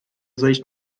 zejść